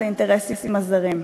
את האינטרסים הזרים.